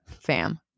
fam